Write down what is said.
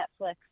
Netflix